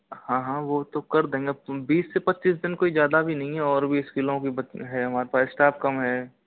हाँ हाँ वो तो कर देंगे अब तुम बीस से पच्चीस दिन कोई ज़्यादा भी नहीं है और भी स्कूलों की है हमारे पास स्टाफ कम हैं